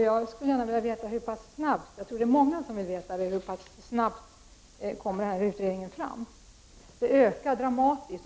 Jag skulle gärna vilja veta hur pass snabbt denna utredning kommer fram. Jag tror att det är många som vill veta det. Antalet ärenden av detta slag ökar dramatiskt.